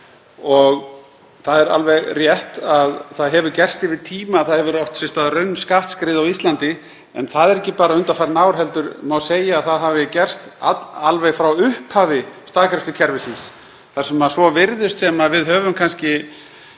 og það er alveg rétt að það hefur gerst yfir tíma að átt hefur sér stað raunskattsskrið á Íslandi. En það er ekki bara undanfarin ár heldur má segja að það hafi gerst alveg frá upphafi staðgreiðslukerfisins þar sem svo virðist sem við höfum kannski